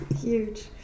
Huge